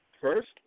first